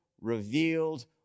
revealed